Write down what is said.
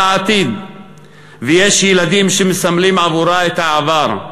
העתיד ויש ילדים שמסמלים עבורה את העבר,